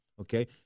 okay